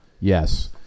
Yes